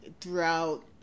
throughout